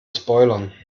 spoilern